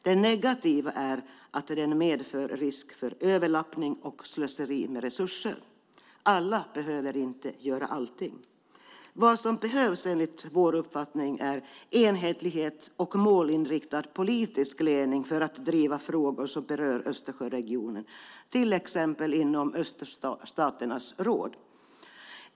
Det negativa är att den medför risk för överlappning och slöseri med resurser. Alla behöver inte göra allting. Vad som behövs, enligt vår uppfattning, är enhetlighet och målinriktad politisk ledning för att driva frågor som berör Östersjöregionen, till exempel inom Östersjöstaternas råd.